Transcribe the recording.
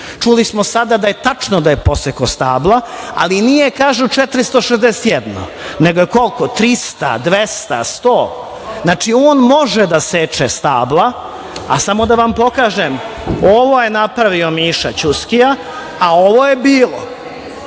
smo sada da je tačno da je posekao stabla, ali kažu 461, nego je koliko, 300, 200, 100? Znači, on može da seče stabla, a samo da vam pokažem - ovo je napravio Miša Ćuskija, a ovo je bilo.